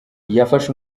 yafashe